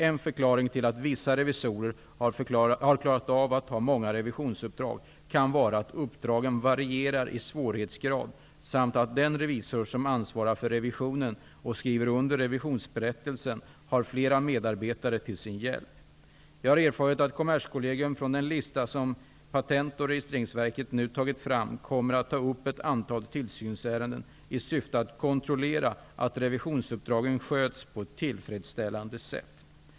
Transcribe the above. En förklaring till att vissa revisorer har klarat av att ha många revisionsuppdrag kan vara att uppdragen varierar i svårighetsgrad samt att den revisor som ansvarar för revisionen och skriver under revisionsberättelsen har flera medarbetare till sin hjälp. Jag har erfarit att Kommerskollegium från den lista som Patent och registreringsverket nu har tagit fram kommer att ta upp ett antal tillsynsärenden i syfte att kontrollera att revisionsuppdragen sköts på ett tillfredsställande sätt.